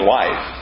life